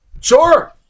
Sure